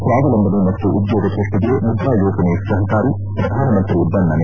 ಸ್ವಾವಲಂಬನೆ ಮತ್ತು ಉದ್ಯೋಗ ಸೃಸ್ವಿಗೆ ಮುದ್ರಾ ಯೋಜನೆ ಸಹಕಾರಿ ಪ್ರಧಾನಮಂತ್ರಿ ಬಣ್ಣನೆ